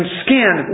skin